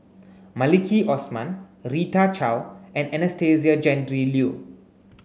Maliki Osman Rita Chao and Anastasia Tjendri Liew